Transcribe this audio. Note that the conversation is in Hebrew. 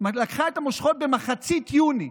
במחצית יוני,